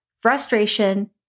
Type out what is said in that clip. frustration